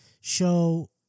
show